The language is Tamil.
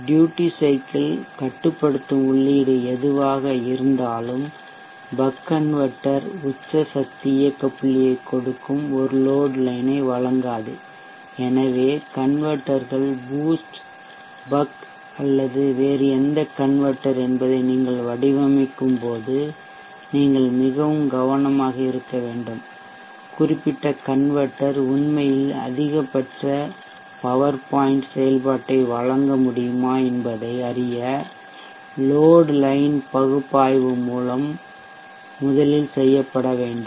ட்யூட்டி சைக்கிள் கட்டுப்படுத்தும் உள்ளீடு எதுவாக இருந்தாலும் பக் கன்வெர்ட்டர் உச்ச சக்தி இயக்க புள்ளியைக் கொடுக்கும் ஒரு லோட் லைன் ஐ வழங்காது எனவே கன்வெர்ட்டர்கள் பூஸ்ட் பக் அல்லது வேறு எந்த கன்வெர்ட்டர் என்பதை நீங்கள் வடிவமைக்கும்போது நீங்கள் மிகவும் கவனமாக இருக்க வேண்டும் குறிப்பிட்ட கன்வெர்ட்டர் உண்மையில் அதிகபட்ச பவர் பாயிண்ட் செயல்பாட்டை வழங்க முடியுமா என்பதை அறிய லோட் லைன் பகுப்பாய்வு முதலில் செய்யப்பட வேண்டும்